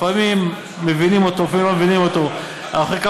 לפעמים מבינים אותו, לפעמים לא מבינים אותו.